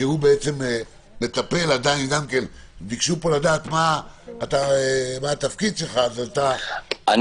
שהוא מטפל ביקשו פה לדעת מה תפקידך- -- אני